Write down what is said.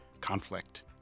conflict